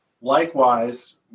Likewise